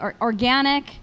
organic